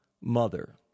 mother